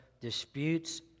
disputes